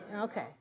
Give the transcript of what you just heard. Okay